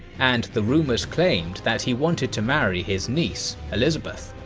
and the rumors claimed that he wanted to marry his niece, elizabeth.